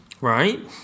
Right